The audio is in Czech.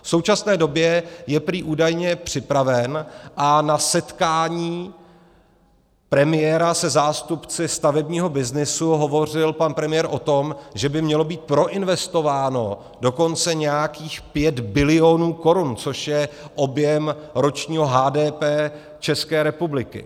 V současné době je prý údajně připraven a na setkání premiéra se zástupci stavebního byznysu hovořil pan premiér o tom, že by mělo být proinvestováno dokonce nějakých 5 bil. korun, což je objem ročního HDP České republiky.